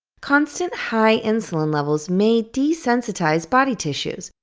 constant high insulin levels may de-sensitize body tissues,